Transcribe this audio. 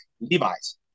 Levi's